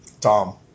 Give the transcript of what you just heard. Tom